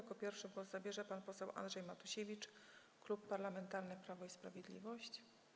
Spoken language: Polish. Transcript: Jako pierwszy głos zabierze pan poseł Andrzej Matusiewicz, Klub Parlamentarny Prawo i Sprawiedliwość.